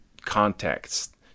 context